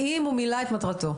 האם הוא מילא את מטרתו.